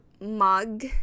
mug